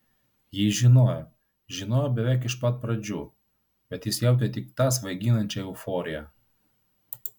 ji žinojo žinojo beveik iš pat pradžių bet jis jautė tik tą svaiginančią euforiją